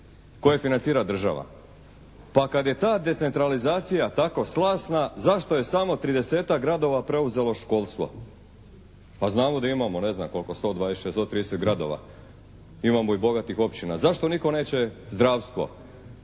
koje financira država. Pa kad je ta decentralizacija tako slasna zašto je samo tridesetak gradova preuzelo školstvo? Pa znamo da imamo ne znam koliko oko 120, 130 gradova. Imamo i bogatih općina. Zašto nitko neće zdravstvo?